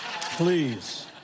Please